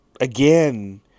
Again